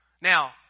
Now